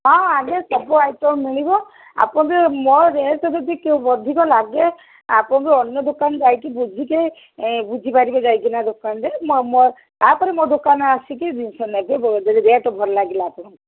ହଁ ଆଜ୍ଞା ସବୁ ଆଇଟମ୍ ମିଳିବ ଆପଣ ବି ମୋ ରେଟ୍ ଯଦି ଅଧିକ ଲାଗେ ଆପଣ ବି ଅନ୍ୟ ଦୋକାନ ଯାଇକି ବୁଝିକି ବୁଝିପାରିବେ ଯାଇକିନା ଦୋକାନରେ ମୋ ମୋ ତା'ପରେ ମୋ ଦୋକାନ ଆସିକି ଜିନିଷ ନେବେ ଯଦି ରେଟ୍ ଭଲ ଲାଗିଲା ଆପଣଙ୍କୁ